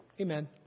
Amen